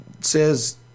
says